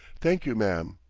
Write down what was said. thank you, ma'am.